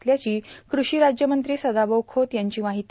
असल्याची कृषी राज्यमंत्री सदाभाऊ खोत यांची माहिती